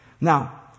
Now